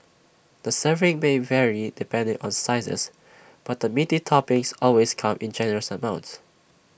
the serving may vary depending on sizes but the meaty toppings always come in generous amounts